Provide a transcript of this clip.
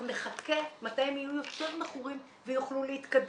אנחנו נחכה מתי הם יהיו יותר מכורים ויוכלו להתקדם.